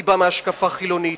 אני בא מהשקפה חילונית,